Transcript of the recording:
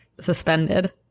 suspended